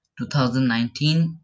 2019